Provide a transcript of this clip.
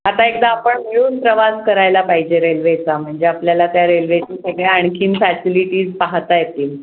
आता एकदा आपण मिळून प्रवास करायला पाहिजे रेल्वेचा म्हणजे आपल्याला त्या रेल्वेची सगळ्या आणखी फॅसिलिटीज पाहता येतील